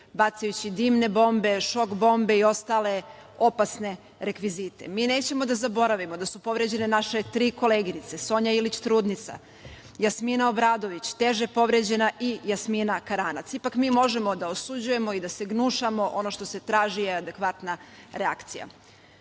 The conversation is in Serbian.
bacajući dimne bombe, šok bombe i ostale opasne rekvizite. Mi nećemo da zaboravimo da su povređene naše tri koleginice: Sonja Ilić, trudnica, Jasmina Obradović, teže povređena, i Jasmina Karanac. Ipak mi možemo da osuđujemo i da se gnušamo, ali ono što se traži je adekvatna reakcija. Oni